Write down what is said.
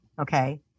okay